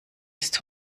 ist